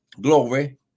glory